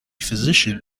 physician